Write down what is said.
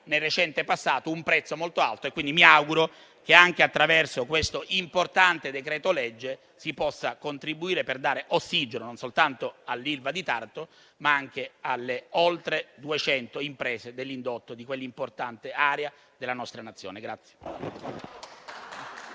nel recente passato un prezzo molto alto. Mi auguro dunque che anche attraverso questo importante decreto-legge si possa contribuire a dare ossigeno non soltanto all'Ilva di Taranto, ma anche alle oltre duecento imprese dell'indotto di quell'importante area della nostra Nazione.